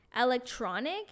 electronic